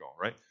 right